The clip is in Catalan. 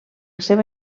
seva